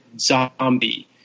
zombie